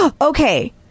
okay